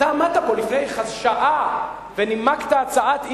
אתה עמדת פה לפני שעה ונימקת הצעת אי-אמון.